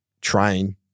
train